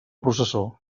processó